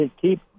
keep